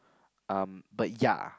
um but ya